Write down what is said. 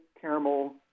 caramel